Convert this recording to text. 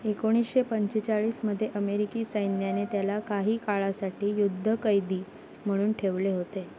एकोणीसशे पंचेचाळीसमध्ये अमेरिकी सैन्याने त्याला काही काळासाठी युद्धकैदी म्हणून ठेवले होते